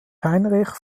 heinrich